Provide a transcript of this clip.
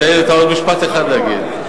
תן לי עוד משפט אחד להגיד.